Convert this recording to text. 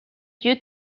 due